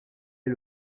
est